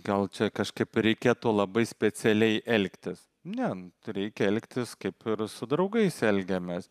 gal čia kažkaip reikėtų labai specialiai elgtis ne reikia elgtis kaip ir su draugais elgiamės